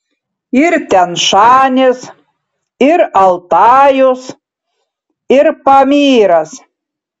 ir tian šanis ir altajus ir pamyras